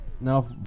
Now